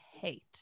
hate